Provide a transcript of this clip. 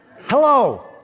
Hello